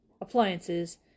appliances